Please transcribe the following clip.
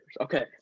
Okay